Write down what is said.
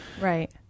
Right